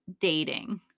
dating